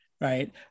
right